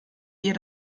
ihr